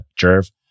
Jerv